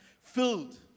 filled